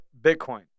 Bitcoin